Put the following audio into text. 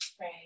Right